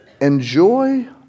Enjoy